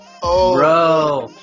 bro